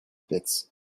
pits